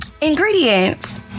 ingredients